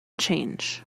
change